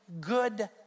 good